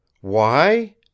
Why